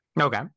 Okay